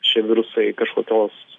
šie virusai kažkokios